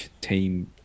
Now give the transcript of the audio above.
team